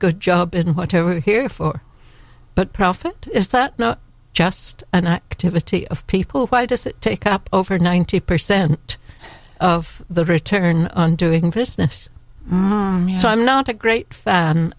good job in whatever here for profit is that just an activity of people why does it take up over ninety percent of the return on doing business so i'm not a great fan